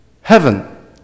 heaven